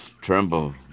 Tremble